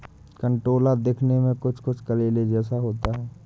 कंटोला दिखने में कुछ कुछ करेले जैसा होता है